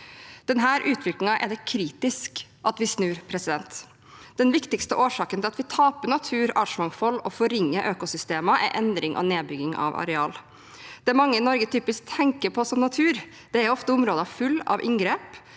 Denne utviklingen er det kritisk at vi snur. Den viktigste årsaken til at vi taper natur og artsmangfold og forringer økosystemer, er endring og nedbygging av areal. Det mange i Norge typisk tenker på som natur, er ofte områder fulle av inngrep